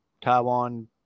Taiwan